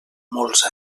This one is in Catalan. molts